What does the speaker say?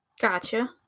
Gotcha